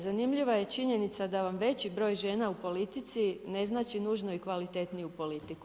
Zanimljiva je činjenica da vam veći broj žena u politici, ne znači nužno i kvalitetniju politiku.